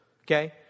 Okay